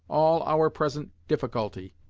all our present difficulty.